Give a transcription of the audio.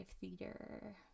theater